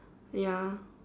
ya